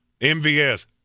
MVS